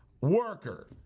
worker